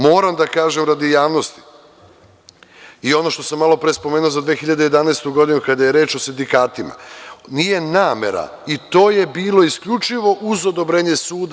Moram da kažem radi javnosti i ono što sam malopre spomenuo za 2011. godinu kada je reč o sindikatima, i to je bilo isključivo uz odobrenje suda.